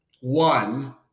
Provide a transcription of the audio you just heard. One